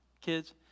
Kids